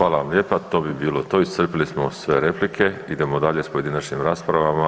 Hvala vam lijepa, to bi bilo to, iscrpili smo sve replike, idemo dalje s pojedinačnim raspravama.